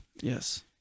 Yes